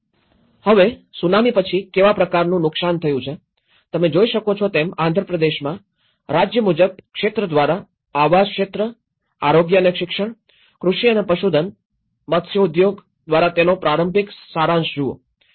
હવે સુનામી પછી કેવા પ્રકારનું નુકસાન થયું છે તમે જોઈ શકો છો તેમ આંધ્રપ્રદેશમાં રાજ્ય મુજબ ક્ષેત્ર દ્વારા આવાસ ક્ષેત્ર આરોગ્ય અને શિક્ષણ કૃષિ અને પશુધન મત્સ્યોદ્યોગ દ્વારા તેનો પ્રારંભિક સારાંશ જુઓ